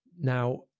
Now